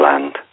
Land